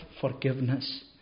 forgiveness